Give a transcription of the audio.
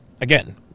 again